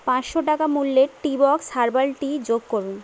পাঁচশো টাকা মূল্যের টিবক্স হার্বাল টি যোগ করুন